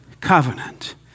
covenant